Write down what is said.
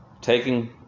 taking